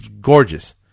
gorgeous